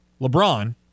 LeBron